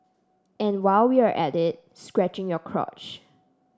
and while we're at it scratching your crotch